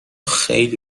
خیلی